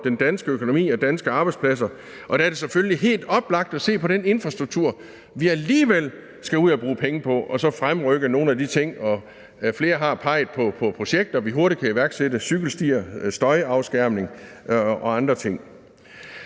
den danske økonomi og danske arbejdspladser, og der er det selvfølgelig oplagt at se på den infrastruktur, vi alligevel skal ud at bruge penge på, og så fremrykke nogle af de ting. Flere har peget på projekter, vi hurtigt kan iværksætte: cykelstier, støjafskærmning og andre ting.